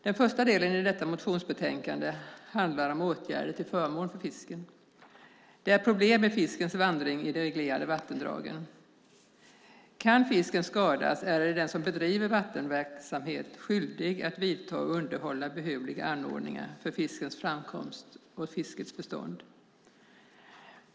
Den första delen i detta motionsbetänkande handlar om åtgärder till förmån för fiske. Det är problem med fiskens vandring i de reglerade vattendragen. Kan fisken skadas är den som bedriver vattenverksamhet skyldig att vidta och underhålla behövliga anordningar för fiskens framkomst och fiskets bestånd.